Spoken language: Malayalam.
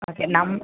അതെ നമ്മ